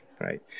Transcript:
right